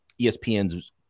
ESPN's